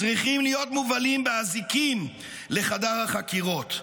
צריכים להיות מובלים באזיקים לחדר החקירות,